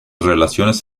relaciones